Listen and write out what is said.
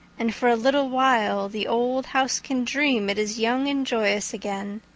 and for a little while the old house can dream it is young and joyous again.